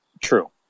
true